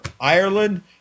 Ireland